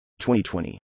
2020